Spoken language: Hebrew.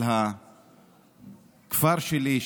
של הכפר שלי,